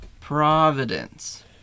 providence